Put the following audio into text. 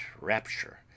rapture